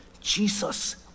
Jesus